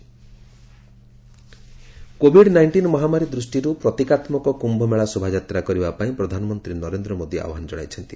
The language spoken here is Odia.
PM Kumbh Mela covid nineteen ମହାମାରୀ ଦୃଷ୍ଟିରୁ ପ୍ରତିକାତ୍ମକ କ୍ୟୁମେଳା ଶୋଭାଯାତ୍ରା କରିବା ପାଇଁ ପ୍ରଧାନମନ୍ତ୍ରୀ ନରେନ୍ଦ୍ର ମୋଦି ଆହ୍ୱାନ ଜଣାଇଛନ୍ତି